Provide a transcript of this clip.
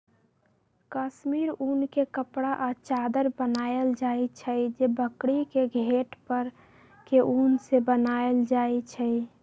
कस्मिर उन के कपड़ा आ चदरा बनायल जाइ छइ जे बकरी के घेट पर के उन से बनाएल जाइ छइ